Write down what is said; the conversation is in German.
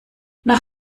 nach